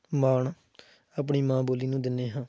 ਮਾਣ ਆਪਣੀ ਮਾਂ ਬੋਲੀ ਨੂੰ ਦਿੰਦੇ ਹਾਂ